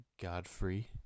Godfrey